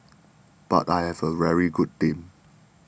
but I have a very good team